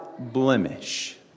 blemish